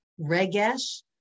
regesh